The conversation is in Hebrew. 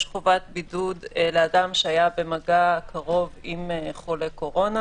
יש חובת בידוד לאדם שהיה במגע קרוב עם חולה קורונה